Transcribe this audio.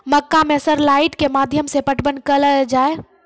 मक्का मैं सर लाइट के माध्यम से पटवन कल आ जाए?